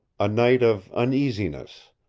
a night of uneasiness,